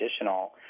additional